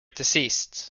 deceased